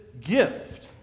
gift